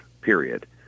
period